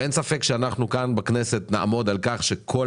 אין ספק שאנחנו כאן בכנסת נעמוד על כך שכל